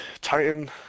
Titan